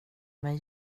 med